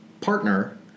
partner